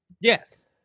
Yes